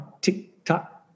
tick-tock